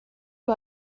you